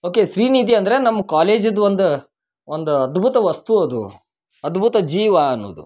okay Srinidhi ಅಂದ್ರ ನಮ್ಮ ಕಾಲೇಜದ ಒಂದು ಒಂದು ಅದ್ಭುತ ವಸ್ತು ಅದು ಅದ್ಭುತ ಜೀವ ಅನ್ನದು